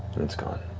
and it's gone.